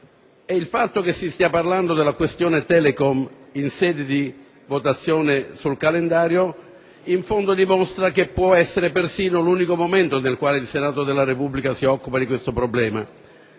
Il fatto che si stia parlando della questione Telecom in sede di votazione del calendario in fondo dimostra che può essere persino l'unico momento nel quale il Senato della Repubblica si possa occupare di questo problema.